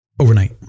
Overnight